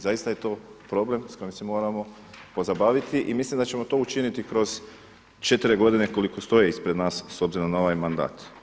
Zaista je to problem s kojim se moramo pozabaviti i mislim da ćemo to učiniti kroz četiri godine koliko stoje ispred nas s obzirom na ovaj mandat.